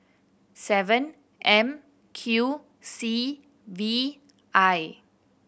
seven M Q C V I